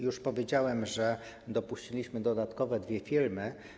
Już powiedziałem, że dopuściliśmy dodatkowe dwie firmy.